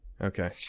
okay